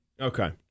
Okay